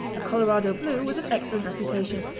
a colorado blue with an excellent reputation,